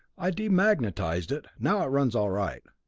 i demagnetized it now it runs all right.